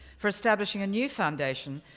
for establishing a new foundation.